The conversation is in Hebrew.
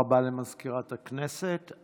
תודה רבה למזכירת הכנסת.